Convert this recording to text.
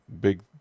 big